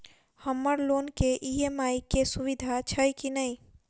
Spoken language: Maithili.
हम्मर लोन केँ ई.एम.आई केँ सुविधा छैय की नै?